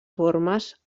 formes